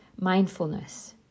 mindfulness